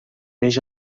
neix